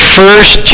first